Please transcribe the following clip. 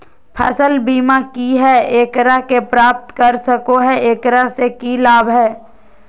फसल बीमा की है, एकरा के प्राप्त कर सको है, एकरा से की लाभ है?